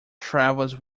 travels